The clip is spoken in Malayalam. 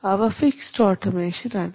അവ ഫിക്സഡ് ഓട്ടോമേഷൻ ആണ്